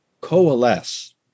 coalesce